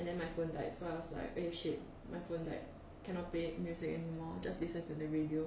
and then my phone died so I was like eh shit my phone died cannot play music anymore just listen to the radio